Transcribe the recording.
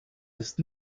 ist